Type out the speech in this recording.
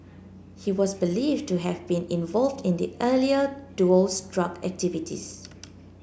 he was believed to have been involved in the earlier duo's drug activities